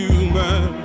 Human